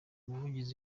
umuvugizi